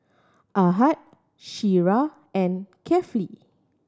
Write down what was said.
Ahad Syirah and Kefli